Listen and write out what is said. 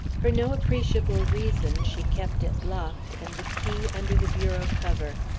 for no appreciable reason, she kept it locked, and the key under the bureau cover.